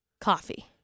coffee